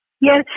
Yes